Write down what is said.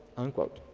unquote.